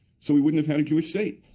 so we wouldn't have had a jewish state.